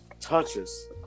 touches